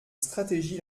stratégie